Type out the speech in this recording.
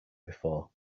before